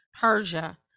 Persia